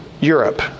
Europe